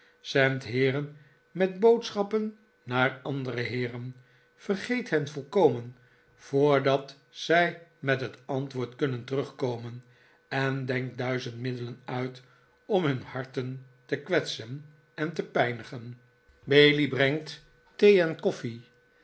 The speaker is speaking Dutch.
heeren met boodschappen naar andere heeren vergeet hen volkomen voordat zij met het antwoord kunnen terugkomen en denkt duizend middelen uit om hun harten te kwetsen en te pijnigen bailey brengt thee en koffie